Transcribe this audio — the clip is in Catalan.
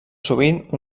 sovint